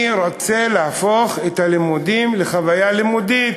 אני רוצה להפוך את הלימודים לחוויה לימודית.